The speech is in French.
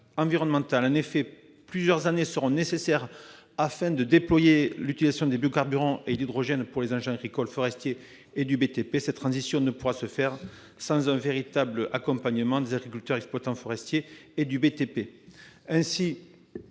En effet, plusieurs années seront nécessaires afin d’assurer le déploiement des biocarburants et de l’hydrogène pour les engins agricoles, forestiers et le BTP. Cette transition ne pourra se faire sans un véritable accompagnement des agriculteurs, exploitants forestiers et